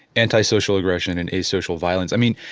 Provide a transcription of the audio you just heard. antisocial aggression and antisocial violence. i mean